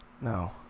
no